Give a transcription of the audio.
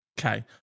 Okay